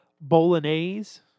bolognese